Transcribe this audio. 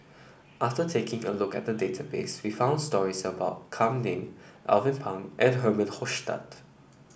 after taking a look at the database we found stories about Kam Ning Alvin Pang and Herman Hochstadt